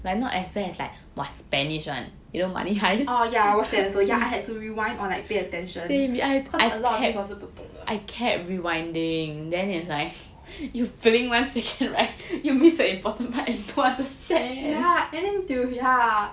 oh yeah I watched that also I had to rewind or like pay attention cause a lot of things 我是不懂的 yeah and then need to yeah